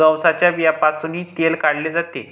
जवसाच्या बियांपासूनही तेल काढले जाते